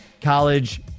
college